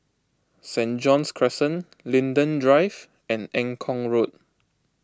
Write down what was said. Saint John's Crescent Linden Drive and Eng Kong Road